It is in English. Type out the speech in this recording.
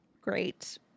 Great